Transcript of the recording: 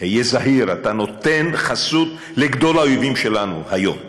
היה זהיר, אתה נותן חסות לגדול האויבים שלנו היום.